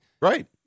Right